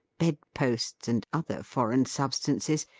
bedposts, and other foreign substances,